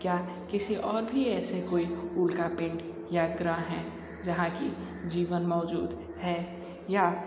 क्या किसी और भी ऐसे उल्कापिंड या गृह हैं जहाँ की जीवन मौजूद हैं या